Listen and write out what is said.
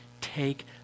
take